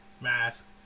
mask